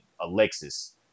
Alexis